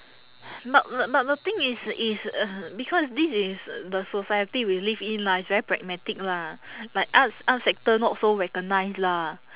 but but the thing is is uh because this is the society we live in lah it's very pragmatic lah like arts arts sector not so recognise lah